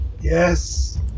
yes